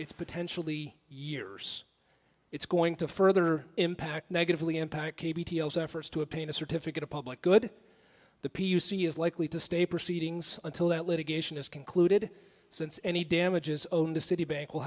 it's potentially years it's going to further impact negatively impact to a pain a certificate of public good the p u c is likely to stay proceedings until that litigation is concluded since any damages own to citibank will